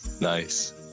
Nice